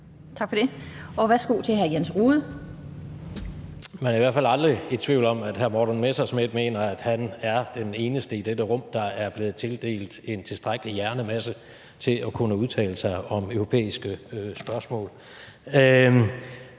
Tak for det, og værsgo til hr. Jens Rohde. Kl. 17:24 Jens Rohde (RV): Man er i hvert fald aldrig i tvivl om, at hr. Morten Messerschmidt mener, at han er den eneste i dette rum, der er blevet tildelt en tilstrækkelig hjernemasse til at kunne udtale sig om europæiske spørgsmål.